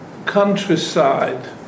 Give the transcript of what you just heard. countryside